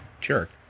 jerk